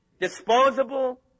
Disposable